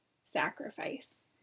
sacrifice